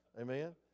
Amen